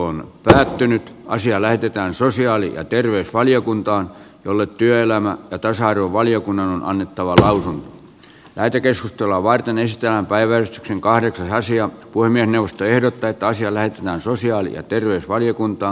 puhemiesneuvosto ehdottaa että asia lähetetään sosiaali ja terveysvaliokuntaan jolle työelämä ja tasa arvovaliokunnan on annettava salsan lähetekeskustelua varten ystävänpäivän kahdeksan naisia kuin minusta ehdotetaan siellä on liikenne ja viestintävaliokuntaan